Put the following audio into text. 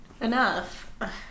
enough